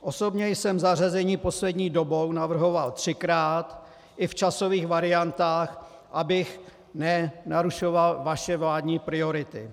Osobně jsem zařazení poslední dobou navrhoval třikrát, i v časových variantách, abych nenarušoval vaše vládní priority.